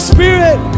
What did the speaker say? Spirit